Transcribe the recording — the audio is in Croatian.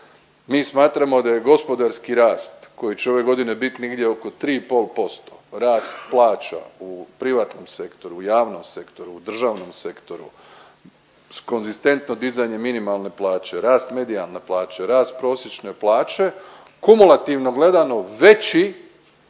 Mi smatramo da je gospodarski rast koji će ove godine biti negdje oko 3,5%, rast plaća u privatnom sektoru u javnom sektoru, u državnom sektoru s konzistentno dizanja minimalne plaće, rast medijalne plaće, rast prosječne plaće kumulativno gledamo veći